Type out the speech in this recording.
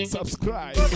Subscribe